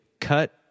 cut